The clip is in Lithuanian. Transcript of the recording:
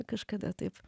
kažkada taip